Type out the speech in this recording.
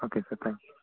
okay sir thank you